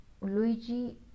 luigi